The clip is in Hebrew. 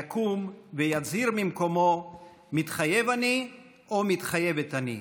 יקום ויצהיר ממקומו "מתחייב אני" או "מתחייבת אני".